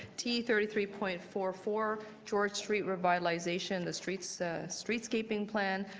t thirty three point four four, george street re vitalization, the street so street scape ing plan.